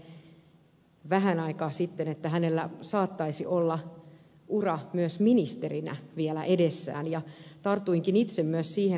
pulliaiselle vähän aikaa sitten että tällä saattaisi olla ura myös ministerinä vielä edessään ja tartuinkin itse myös siihen ajatteluun nimittäin ed